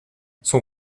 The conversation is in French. son